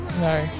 No